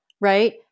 Right